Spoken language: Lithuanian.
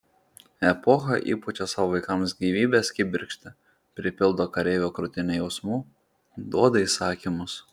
epocha įpučia savo vaikams gyvybės kibirkštį pripildo kareivio krūtinę jausmų duoda įsakymus